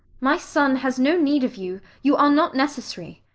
my son has no need of you. you are not necessary.